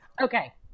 okay